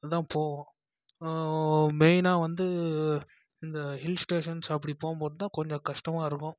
தான் போவோம் மெய்னாக வந்து இந்த ஹில்ஸ் ஸ்டேஷன்ஸ் அப்படி போகும்போது கொஞ்சம் கஷ்டமாக இருக்கும்